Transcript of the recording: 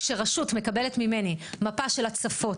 כשרשות מקבלת ממני מפה של הצפות,